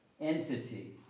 entity